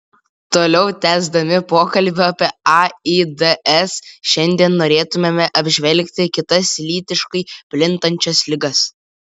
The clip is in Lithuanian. toliau tęsdami pokalbį apie aids šiandien norėtumėme apžvelgti kitas lytiškai plintančias ligas